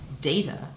data